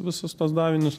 visus tuos davinius